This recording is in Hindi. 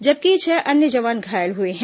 जबकि छह अन्य जवान घायल हुए हैं